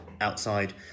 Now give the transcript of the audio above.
outside